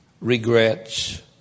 regrets